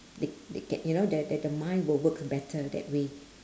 they they get you know the the the mind will work better that way